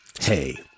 hey